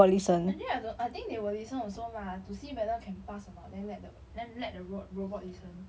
actually I don't I think they will listen also lah to see whether can pass or not then let the then let let the ro~ robot listen